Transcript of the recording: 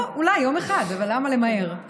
אולי, יום אחד, אבל למה למהר?